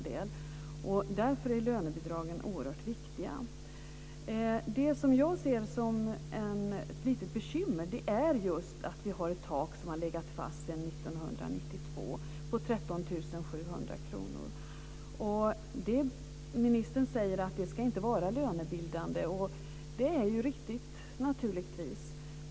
Därför är lönebidragen oerhört viktiga. Det som jag ser som ett litet bekymmer är just att vi har ett tak som har legat fast sedan 1992 på 13 700 kr. Ministern säger att det inte ska vara lönebildande. Och det är naturligtvis riktigt.